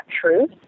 truth